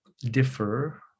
differ